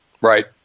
Right